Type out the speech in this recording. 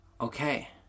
okay